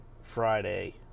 Friday